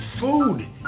food